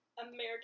American